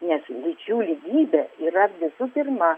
nes lyčių lygybė yra visų pirma